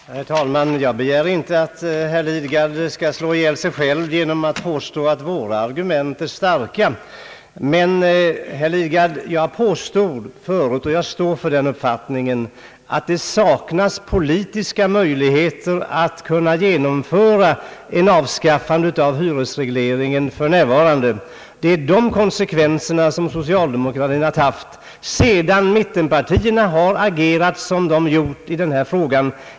Herr talman! Jag begär inte att herr Lidgard skall slå ihjäl sig själv genom att erkänna att våra argument är starka. Men, herr Lidgard, jag påstod förut — och jag står för den uppfattningen — att det saknas politiska möjligheter att genomföra ett avskaffande av hyresregleringen för närvarande. Det är konsekvenserna härav som socialdemokraterna har tagit sedan mittenpartierna har agerat som de gjort i den här frågan.